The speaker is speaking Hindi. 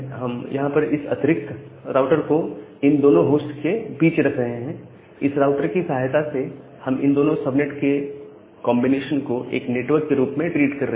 हम यहां पर इस अतिरिक्त राउटर को इन दोनों होस्ट के बीच हम रख रहे हैं इस राउटर की सहायता से हम इन दोनों सबनेट के कॉन्बिनेशन को एक नेटवर्क के रूप में ट्रीट कर सकते हैं